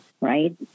right